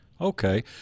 Okay